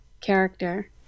character